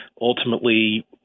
ultimately